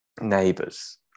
neighbors